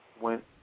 went